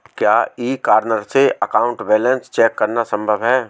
क्या e corner से account balance check करना संभव है?